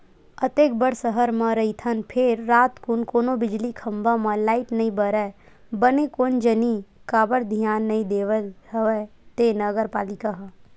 अतेक बड़ सहर म रहिथन फेर रातकुन कोनो बिजली खंभा म लाइट नइ बरय बने कोन जनी काबर धियान नइ देवत हवय ते नगर पालिका ह